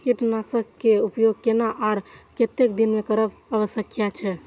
कीटनाशक के उपयोग केना आर कतेक दिन में करब आवश्यक छै?